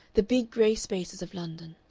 the big gray spaces of london,